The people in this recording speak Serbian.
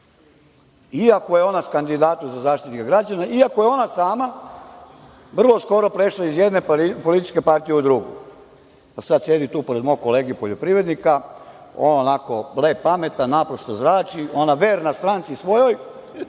iz jedne navijačke grupe u drugu, iako je ona sama vrlo skoro prešla iz jedne političke partije u drugu, a sad sedi tu pored mog kolege poljoprivrednika, on onako lep, pametan, naprosto zrači, ona verna stranci svojoj,